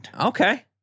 Okay